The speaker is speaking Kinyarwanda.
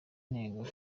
ntego